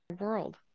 world